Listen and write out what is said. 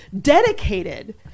dedicated